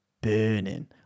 burning